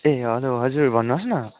ए hello हजुर भन्नुहोस् न